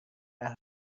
قهوه